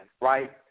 right